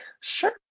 Sure